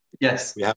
Yes